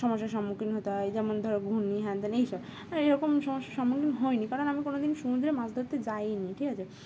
সমস্যার সম্মুখীন হতে হয় যেমন ধরো ঘূর্ণি হ্যান ত্যান এইসব এরকম সমস্যার সম্মুখীন হয়নি কারণ আমি কোনো দিন সমুদ্রে মাছ ধরতে যাইনি ঠিক আছে